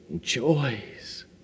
joys